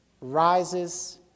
rises